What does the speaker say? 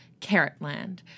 Carrotland